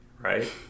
right